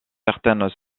certaines